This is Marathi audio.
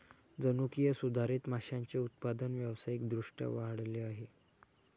जनुकीय सुधारित माशांचे उत्पादन व्यावसायिक दृष्ट्या वाढले आहे